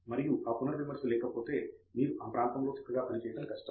మరియు ఆ పునర్విమర్శ లేకపోతే మీరు ఆ ప్రాంతంలో చక్కగా పని చేయడం కష్టం